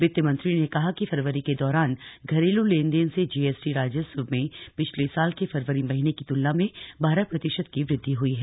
वित्त मंत्री ने कहा कि फरवरी के दौरान घरेलू लेन देन से जीएसटी राजस्व में पिछले साल के फरवरी महीने की तुलना में बारह प्रतिशत की वृद्धि हुई है